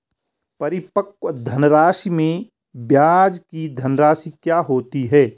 परिपक्व धनराशि में ब्याज की धनराशि क्या होती है?